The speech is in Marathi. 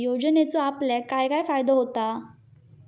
योजनेचो आपल्याक काय काय फायदो होता?